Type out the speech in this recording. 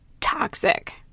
toxic